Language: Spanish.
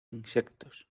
insectos